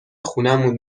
خونمون